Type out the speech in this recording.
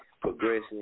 progressing